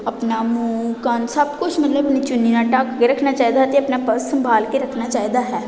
ਆਪਣਾ ਮੂੰਹ ਕੰਨ ਸਭ ਕੁਛ ਮਤਲਬ ਚੁੰਨੀ ਨਾਲ ਢੱਕ ਕੇ ਰੱਖਣਾ ਚਾਹੀਦਾ ਹੈ ਅਤੇ ਆਪਣਾ ਪਰਸ ਸੰਭਾਲ ਕੇ ਰੱਖਣਾ ਚਾਹੀਦਾ ਹੈ